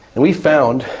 we found,